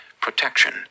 protection